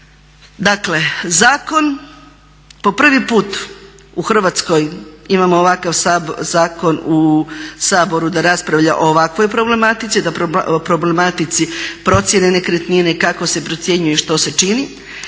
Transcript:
Dakle zakon po prvi put u Hrvatskoj imamo ovakav zakon u Saboru da raspravlja o ovakvoj problematici, o problematici procjene nekretnine, kako se procjenjuje, što se čini.